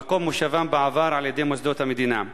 ממקום מושבם בעבר, על-ידי מוסדות המדינה.